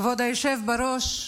כבוד היושב בראש,